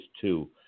two